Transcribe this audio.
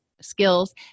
skills